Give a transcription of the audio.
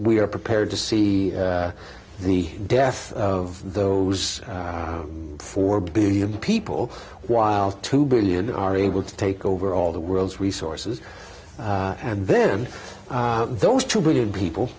we are prepared to see the death of those four billion people while two billion are able to take over all the world's resources and then those two billion people